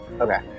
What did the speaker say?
Okay